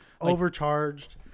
Overcharged